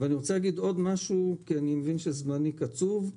אני רוצה להגיד עוד דבר כי אני מבין שזמני קצוב.